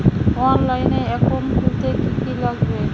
অনলাইনে একাউন্ট খুলতে কি কি লাগবে?